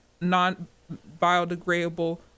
non-biodegradable